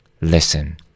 listen